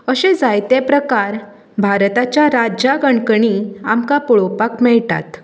अशे जायते प्रकार भारताच्या राज्या कणकणी आमकां पळोवपाक मेळटा